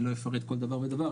אני לא אפרט כל דבר ודבר,